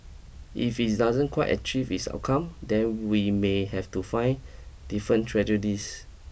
if it's doesn't quite achieve its outcome then we may have to find different tragedies